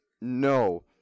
no